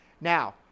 Now